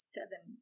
Seven